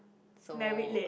so